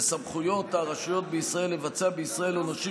לסמכויות הרשויות בישראל לבצע בישראל עונשים